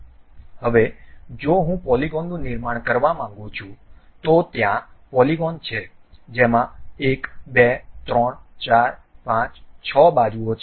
હવે જો હું પોલિગન નું નિર્માણ કરવા માંગુ છું તો ત્યાં પોલિગન છે જેમાં 1 2 3 4 5 6 બાજુઓ છે